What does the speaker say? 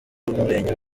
w’umurenge